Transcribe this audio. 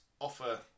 offer